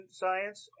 science